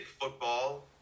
football